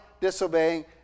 disobeying